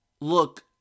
look